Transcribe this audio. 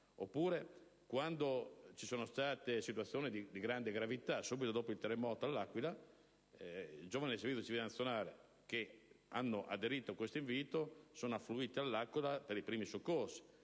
oppure quando ci sono state situazioni di grande gravità (subito dopo il terremoto all'Aquila, i giovani del Servizio civile nazionale che hanno aderito all'invito sono affluiti in città per i primi soccorsi).